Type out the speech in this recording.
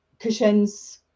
Cushions